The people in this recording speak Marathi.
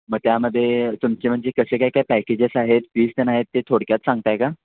मग त्यामध्ये तुमचे म्हणजे कसे काय काय पॅकेजेस आहेत आहेत ते थोडक्यात सांगत आहे का